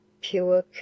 pure